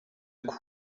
coup